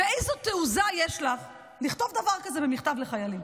איזו תעוזה יש לך לכתוב דבר כזה במכתב לחיילים,